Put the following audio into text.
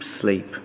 sleep